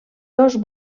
dos